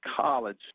college